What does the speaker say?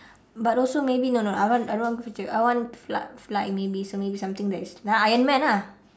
but also maybe no no I want I don't want future I want fly fly maybe so maybe something that is like ironman ah